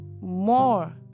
more